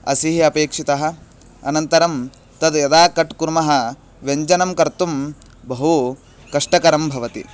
असीः अपेक्षितः अनन्तरं तद् यदा कट् कुर्मः व्यञ्जनं कर्तुं बहु कष्टकरं भवति